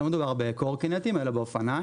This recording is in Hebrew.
לא מדובר בקורקינטים, אלא באופניים.